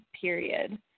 period